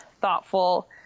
thoughtful